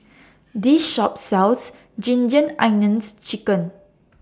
This Shop sells Ginger Onions Chicken